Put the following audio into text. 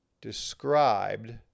described